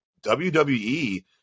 WWE